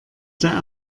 der